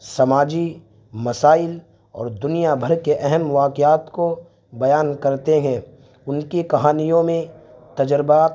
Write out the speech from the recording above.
سماجی مسائل اور دنیا بھر کے اہم واقعات کو بیان کرتے ہیں ان کی کہانیوں میں تجربات